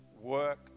work